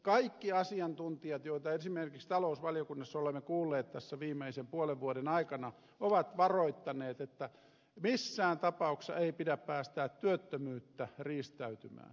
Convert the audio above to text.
kaikki asiantuntijat joita esimerkiksi talousvaliokunnassa olemme kuulleet tässä viimeisen puolen vuoden aikana ovat varoittaneet että missään tapauksessa ei pidä päästää työttömyyttä riistäytymään käsistä